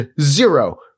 zero